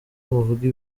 muvuge